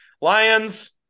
Lions